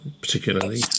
particularly